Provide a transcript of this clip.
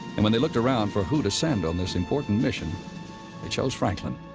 and when they looked around for who to send on this important mission, they chose franklin.